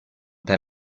per